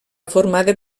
formada